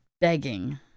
begging